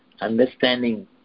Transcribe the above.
understanding